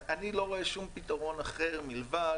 ואני לא רואה שום פתרון אחר מלבד